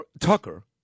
Tucker